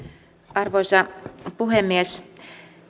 arvoisa puhemies